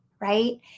right